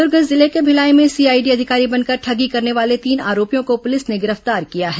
दुर्ग जिले के भिलाई में सीआईडी अधिकारी बनकर ठगी करने वाले तीन आरोपियों को पुलिस ने गिरफ्तार किया है